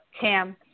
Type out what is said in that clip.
Cam